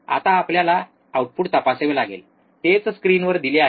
आता आपल्याला आउटपुट तपासावे लागेल तेच स्क्रीनवर दिले आहे